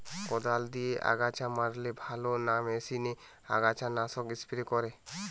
কদাল দিয়ে আগাছা মারলে ভালো না মেশিনে আগাছা নাশক স্প্রে করে?